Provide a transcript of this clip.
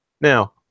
Now